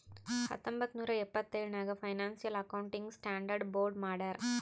ಹತ್ತೊಂಬತ್ತ್ ನೂರಾ ಎಪ್ಪತ್ತೆಳ್ ನಾಗ್ ಫೈನಾನ್ಸಿಯಲ್ ಅಕೌಂಟಿಂಗ್ ಸ್ಟಾಂಡರ್ಡ್ ಬೋರ್ಡ್ ಮಾಡ್ಯಾರ್